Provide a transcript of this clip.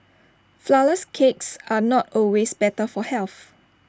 Flourless Cakes are not always better for health